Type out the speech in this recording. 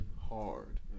Hard